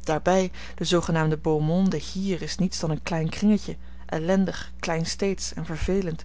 daarbij de zoogenaamde beau monde hier is niets dan een klein kringetje ellendig kleinsteedsch en vervelend